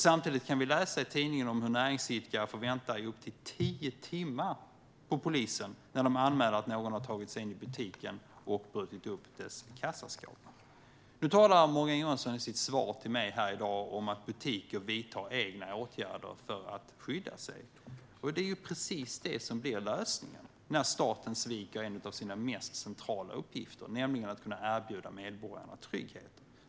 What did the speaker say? Samtidigt kan vi läsa i tidningen om hur näringsidkare får vänta i upp till tio timmar på polisen när de anmäler att någon har tagit sig in i butiken och brutit upp butikens kassaskåp. I sitt svar till mig i dag talar Morgan Johansson om att butiker vidtar egna åtgärder för att skydda sig. Det är precis det som blir lösningen när staten sviker en av sina mest centrala uppgifter, nämligen att erbjuda medborgarna trygghet.